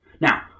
Now